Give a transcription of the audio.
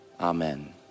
Amen